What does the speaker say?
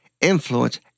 influence